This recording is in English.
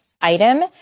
item